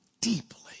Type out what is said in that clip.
deeply